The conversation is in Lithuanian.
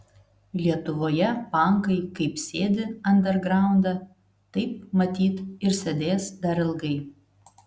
lietuvoje pankai kaip sėdi andergraunde taip matyt ir sėdės dar ilgai